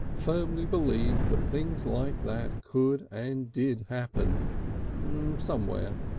firmly believed that things like that could and did happen somewhere.